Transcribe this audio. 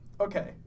Okay